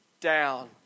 down